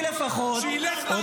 זה היה --- לא.